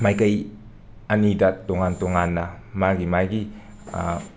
ꯃꯥꯏꯀꯩ ꯑꯅꯤꯗ ꯇꯣꯉꯥꯟ ꯇꯣꯉꯥꯟꯅ ꯃꯥꯒꯤ ꯃꯥꯒꯤ